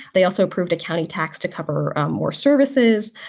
they also approved a county tax to cover more services.